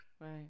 Right